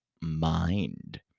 mind